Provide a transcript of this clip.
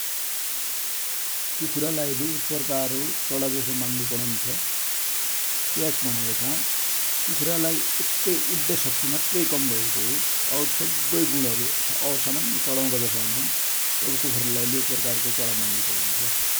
कुखुरा लाइले एक प्रकार को चरा जसो मान्डुपरन्छ । क्या कि भनेपछा कुखुरा लाइ एक उड्ड्या सक्ति मात्रै कम भ​एकि हो, और सब्बै गुण और सामन्य चरऔ का जसो हुनान, तब कुखुरा लाइ एक प्रकार को चरा मान्डू परन्छ।